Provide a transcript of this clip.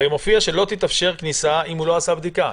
הרי מופיע שלא תתאפשר כניסה אם הוא לא עשה בדיקה.